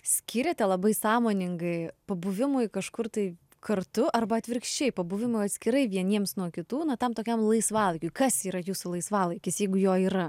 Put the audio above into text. skyrėte labai sąmoningai pabuvimui kažkur tai kartu arba atvirkščiai pabuvimui atskirai vieniems nuo kitų na tam tokiam laisvalaikiui kas yra jūsų laisvalaikis jeigu jo yra